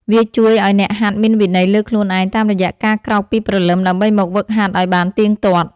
វាជួយឱ្យអ្នកហាត់មានវិន័យលើខ្លួនឯងតាមរយៈការក្រោកពីព្រលឹមដើម្បីមកហ្វឹកហាត់ឱ្យបានទៀងទាត់។